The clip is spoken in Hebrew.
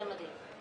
זה מדהים.